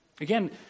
again